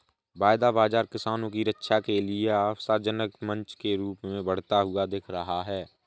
वायदा बाजार किसानों की रक्षा के लिए आशाजनक मंच के रूप में बढ़ता हुआ दिख रहा है